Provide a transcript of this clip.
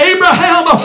Abraham